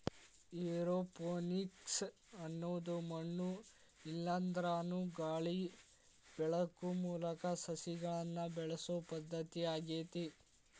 aeroponics ಅನ್ನೋದು ಮಣ್ಣು ಇಲ್ಲಾಂದ್ರನು ಗಾಳಿ ಬೆಳಕು ಮೂಲಕ ಸಸಿಗಳನ್ನ ಬೆಳಿಸೋ ಪದ್ಧತಿ ಆಗೇತಿ